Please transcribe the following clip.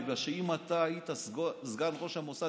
בגלל שאם אתה היית סגן ראש המוסד,